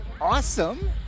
Awesome